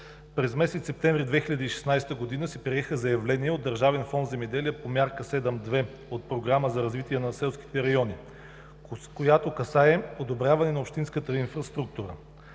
през месец септември 2016 г. се приеха заявления от Държавен фонд „Земеделие“ по мярка 7.2 от Програмата за развитие на селските райони, която касае подобряване на общинската инфраструктура.